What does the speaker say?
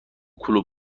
کلوپ